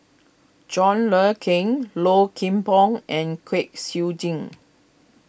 John Le Cain Low Kim Pong and Kwek Siew Jin